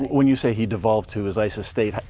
when you say, he devolved to his isis state,